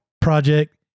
project